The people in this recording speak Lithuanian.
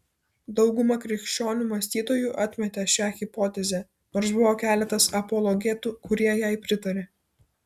dauguma krikščionių mąstytojų atmetė šią hipotezę nors buvo keletas apologetų kurie jai pritarė